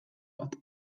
bat